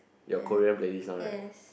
yeah yes